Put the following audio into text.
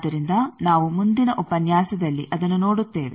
ಆದ್ದರಿಂದ ನಾವು ಮುಂದಿನ ಉಪನ್ಯಾಸದಲ್ಲಿ ಅದನ್ನು ನೋಡುತ್ತೇವೆ